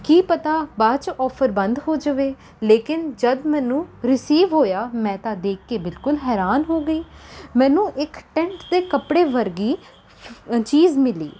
ਕੀ ਪਤਾ ਬਾਅਦ 'ਚ ਔਫਰ ਬੰਦ ਹੋ ਜਾਵੇ ਲੇਕਿਨ ਜਦ ਮੈਨੂੰ ਰੀਸਿਵ ਹੋਇਆ ਮੈਂ ਤਾਂ ਦੇਖ ਕੇ ਬਿਲਕੁਲ ਹੈਰਾਨ ਹੋ ਗਈ ਮੈਨੂੰ ਇੱਕ ਟੈਂਟ ਦੇ ਕੱਪੜੇ ਵਰਗੀ ਫਫ ਚੀਜ਼ ਮਿਲੀ